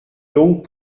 donc